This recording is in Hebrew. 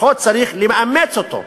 לפחות צריך לאמץ אותו.